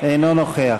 אינו נוכח